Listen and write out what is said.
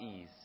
ease